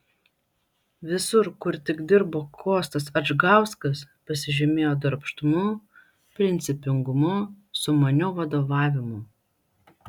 visur kur tik dirbo kostas adžgauskas pasižymėjo darbštumu principingumu sumaniu vadovavimu